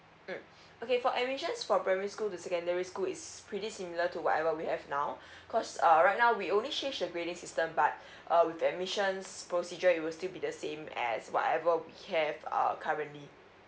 mm okay for admissions for primary school to secondary school is pretty similar to whatever we have now cause err right now we only change the grading system but uh with admissions procedure it will still be the same as whatever we have err currently